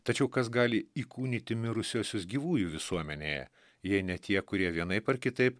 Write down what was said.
tačiau kas gali įkūnyti mirusiuosius gyvųjų visuomenėje jei ne tie kurie vienaip ar kitaip